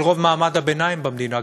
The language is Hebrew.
של רוב מעמד הביניים במדינה?